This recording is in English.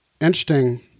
interesting